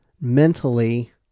mentally